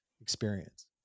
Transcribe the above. experience